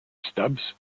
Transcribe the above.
stubbs